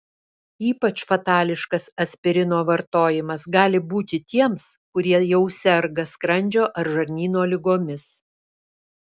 ypač fatališkas aspirino vartojimas gali būti tiems kurie jau serga skrandžio ar žarnyno ligomis